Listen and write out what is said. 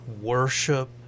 worship